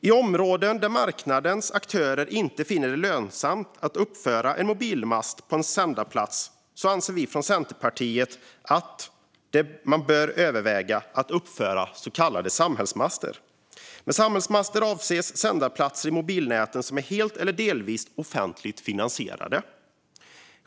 I områden där marknadens aktörer inte finner det lönsamt att uppföra en mobilmast på en sändarplats anser Centerpartiet att man bör överväga att uppföra så kallade samhällsmaster. Med samhällsmaster avses sändarplatser i mobilnäten som är helt eller delvis offentligt finansierade.